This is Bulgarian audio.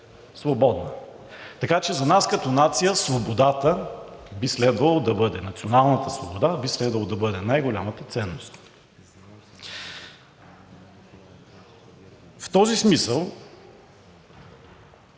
Така че за нас като нация националната свобода би следвало да бъде най-голямата ценност. В този смисъл